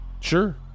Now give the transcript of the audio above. sure